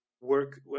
work